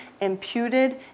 imputed